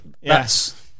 yes